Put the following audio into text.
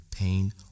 pain